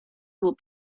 will